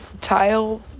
tile